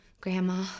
Grandma